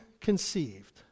conceived